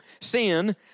Sin